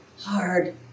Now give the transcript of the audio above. hard